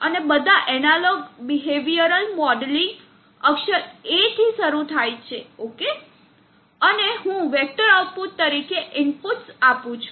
અને બધા analog behavioral modeling અક્ષર એ થી શરૂ થાય છે ઓકે અને હું વેક્ટર આઉટપુટ તરીકે ઇનપુટ્સ આપું છું